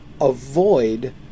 avoid